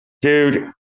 Dude